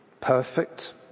perfect